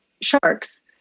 sharks